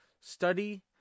study